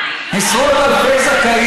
די,